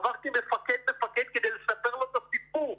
עברתי ממפקד למפקד כדי לספר לו את הסיפור,